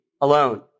alone